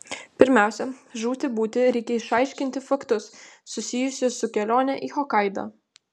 pirmiausia žūti būti reikia išaiškinti faktus susijusius su kelione į hokaidą